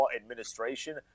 administration